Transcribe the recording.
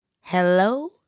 Hello